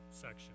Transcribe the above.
section